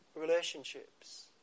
relationships